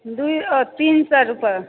बीर तीन सए रुपैआ